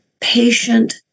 patient